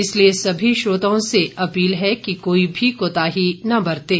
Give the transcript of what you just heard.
इसलिए सभी श्रोताओं से अपील है कि कोई भी कोताही न बरतें